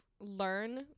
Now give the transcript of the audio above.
learn